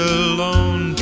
alone